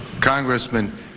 Congressman